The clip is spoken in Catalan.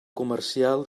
comercial